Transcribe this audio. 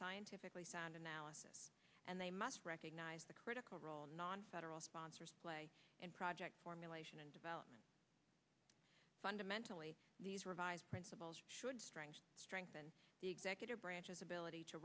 scientifically sound analysis and they must recognize the critical role nonfederal sponsors and project formulation and development fundamentally these revised principles should strengthen strengthen the executive branch's ability to